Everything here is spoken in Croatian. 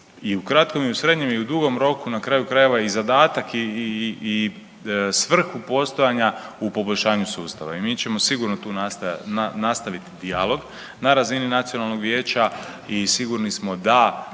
i u kratkom i u srednjem i u dugom roku na kraju krajeva i zadatak i svrhu postojanja u poboljšanju sustava. I mi ćemo sigurno tu nastaviti dijalog na razini nacionalnog vijeća i sigurni smo da